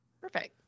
Perfect